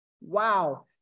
Wow